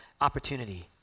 opportunity